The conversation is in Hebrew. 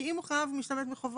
כי אם הוא חייב משתמט מחובות,